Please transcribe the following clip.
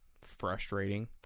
frustrating